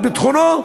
על ביטחונו,